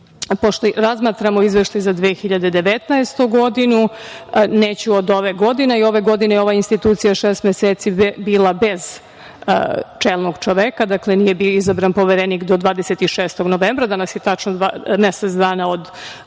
pošto razmatramo izveštaj za 2019. godinu, neću od ove godine, i ove godine ova institucija šest meseci bila bez čelnog čoveka, dakle nije bio izabran Poverenik do 26. novembra. Danas je tačno mesec dana od